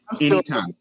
anytime